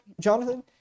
Jonathan